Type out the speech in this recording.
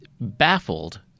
baffled